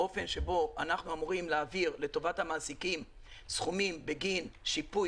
האופן שבו אנחנו אמורים להעביר לטובת המעסיקים סכומים בגין שיפוי